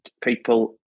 people